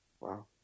Wow